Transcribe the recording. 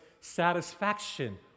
satisfaction